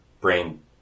brain